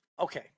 Okay